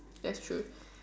that's true